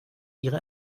ihre